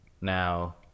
Now